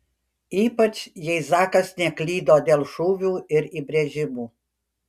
ypač jei zakas neklydo dėl šūvių ir įbrėžimų